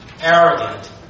arrogant